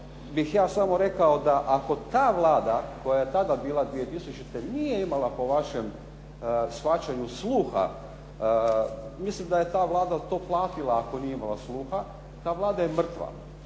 bih ja samo rekao da ako ta Vlada koja je tada bila 2000. nije imala po vašem shvaćanju sluha, mislim da je ta Vlada to platila ako nije imala sluha, ta Vlada je mrtva.